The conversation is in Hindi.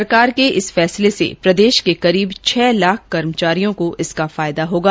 सरकार के इस फैसले से प्रदेश के करीब छह लाख कर्मचारियों को फायदा होगा